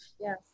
Yes